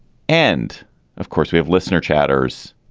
and of course, we have listener chatters.